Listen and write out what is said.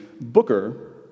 Booker